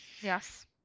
Yes